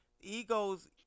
egos